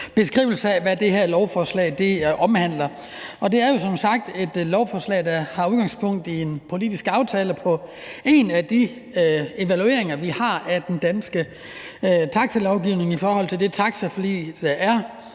beskrivelse af, hvad det her lovforslag omhandler. Det er som sagt et lovforslag, der har udgangspunkt i en politisk aftale i forbindelse med en af de evalueringer af den danske taxalovgivning, der er blevet foretaget